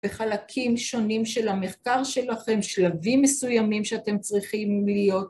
וחלקים שונים של המחקר שלכם, שלבים מסוימים שאתם צריכים להיות.